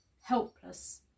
helpless